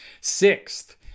Sixth